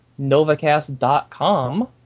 novacast.com